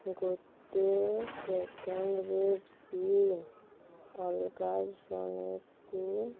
ଗୋଟେ ସେକେଣ୍ଡରେ ବି ଅଲଗା ଜଣକୁ